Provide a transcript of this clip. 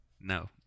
No